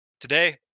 today